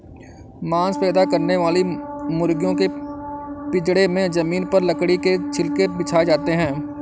मांस पैदा करने वाली मुर्गियों के पिजड़े में जमीन पर लकड़ी के छिलके बिछाए जाते है